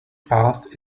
path